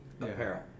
apparel